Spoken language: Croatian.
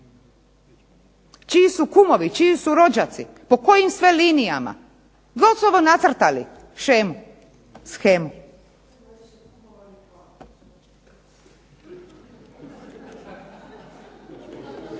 čiji su kumovi, čiji su rođaci, po kojim sve linijama, gotovo nacrtali shemu.